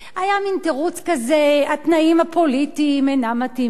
היה מין תירוץ כזה: התנאים הפוליטיים אינם מתאימים,